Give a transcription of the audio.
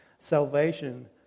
salvation